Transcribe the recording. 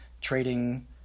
trading